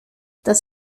das